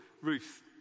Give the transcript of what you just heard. Ruth